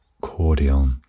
cordial